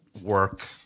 work